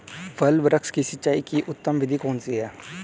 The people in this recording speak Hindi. फल वृक्ष की सिंचाई की उत्तम विधि कौन सी है?